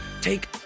take